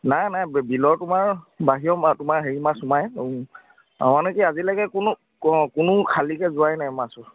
নাই নাই বিলৰ তোমাৰ বাহিৰৰ তোমাৰ হেৰি মাছ সোমাই অ' মানে কি আজিলৈকে কোনো কোনো খালিকৈ যোৱাই নাই মাছৰ